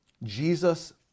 Jesus